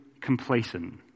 complacent